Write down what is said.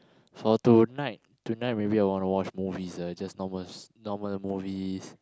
for tonight tonight maybe I wanna watch movies ah just normal s~ normal movies